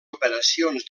operacions